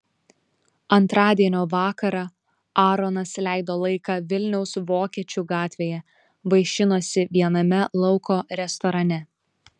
antradienio vakarą aaronas leido laiką vilniaus vokiečių gatvėje vaišinosi viename lauko restorane